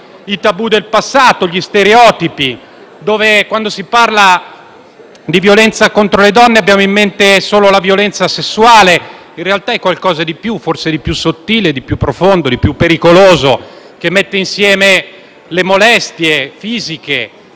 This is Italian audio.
i tabù del passato e gli stereotipi per cui, quando si parla di violenza contro le donne si ha in mente soltanto la violenza sessuale. In realtà è qualcosa di più, forse di più sottile, di più profondo, di più pericoloso, che mette insieme le molestie fisiche